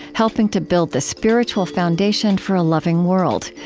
helping to build the spiritual foundation for a loving world.